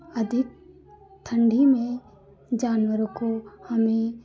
अधिक ठंडी में जानवरों को हमें